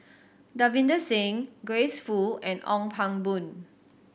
Davinder Singh Grace Fu and Ong Pang Boon